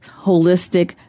holistic